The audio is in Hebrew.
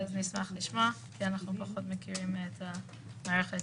אז אני מוכן, במקרי קיצון